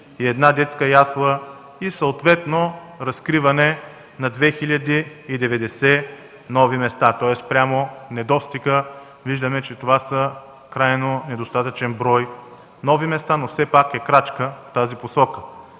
една детска ясла и съответно разкриване на 2090 нови места. Тоест спрямо недостига виждаме, че това са крайно недостатъчен брой нови места, но все пак е крачка в тази посока.